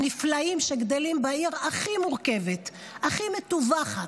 הנפלאים, שגדלים בעיר הכי מורכבת, הכי מטווחת,